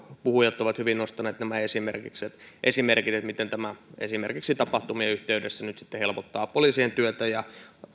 puhujat ovat hyvin nostaneet nämä esimerkit miten tämä esimerkiksi tapahtumien yhteydessä nyt sitten helpottaa poliisien työtä ja